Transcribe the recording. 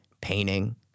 painting